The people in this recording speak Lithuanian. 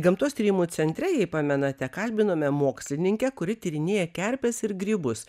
gamtos tyrimų centre jei pamenate kalbinome mokslininkę kuri tyrinėja kerpes ir grybus